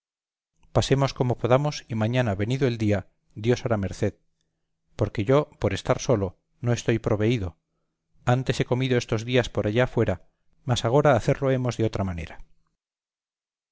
pasemos como podamos y mañana venido el día dios hará merced porque yo por estar solo no estoy proveído antes he comido estos días por allá fuera mas agora hacerlo hemos de otra manera